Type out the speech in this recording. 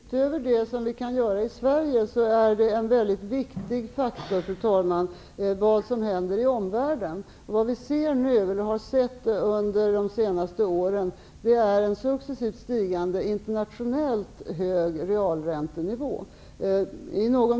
Fru talman! Utöver det som vi kan göra i Sverige är en väldigt viktig faktor vad som händer i omvärlden. Vad vi har sett under de senaste åren är en successivt stigande internationellt hög realräntenivå.